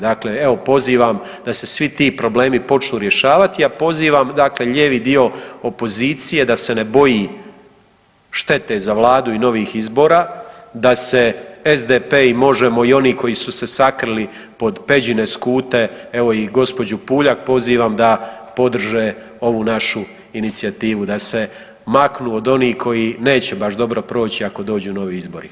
Dakle, evo pozivam da se svi ti problemi počnu rješavati, a pozivam dakle lijevi dio opozicije da se ne boji štete za Vladu i novih izbora, da se SDP i Možemo! i oni koji su se sakrili pod Peđine skute, evo i gđu. Puljak pozivam da podrže ovu našu inicijativu, da se maknu od onih koji neće baš dobro proći ako dođu novi izbori.